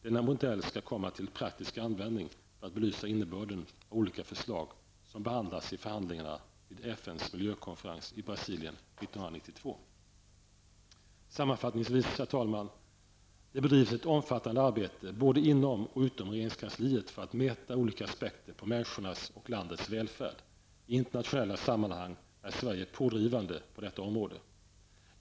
Denna modell skall komma till praktisk användning för att belysa innebörden av olika förslag som behandlas i förhandlingarna vid FNs miljökonferens i Brasilien 1992. Sammanfattningsvis: 1. Det bedrivs ett omfattande arbete, både inom och utom regeringskansliet, för att mäta olika aspekter på människornas och landets välfärd. I internationella sammanhang är Sverige pådrivande på detta område. 2.